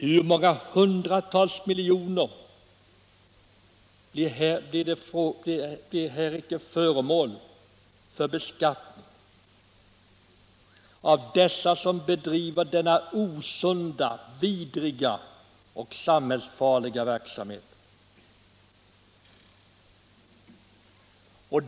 Hur många hundratals miljoner kronor är det icke som undandras från beskattning av dem som bedriver denna osunda, vidriga och samhällsfarliga verksamhet.